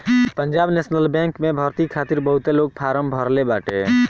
Punjab National Bank में भर्ती खातिर बहुते लोग फारम भरले बाटे